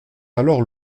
alors